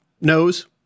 knows